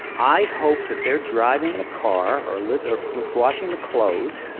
i hope that they're driving in car, or like or washing the clothes,